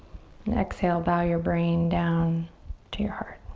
and exhale. bow your brain down to your heart.